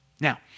Now